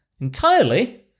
entirely